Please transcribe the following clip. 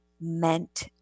meant